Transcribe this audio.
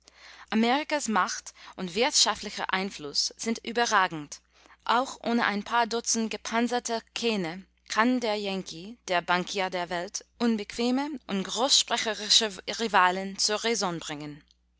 amerikas macht und wirtschaftlicher einfluß sind überragend auch ohne ein paar dutzend gepanzerter kähne kann der yankee der bankier der welt unbequeme und großsprecherische rivalen zur räson bringen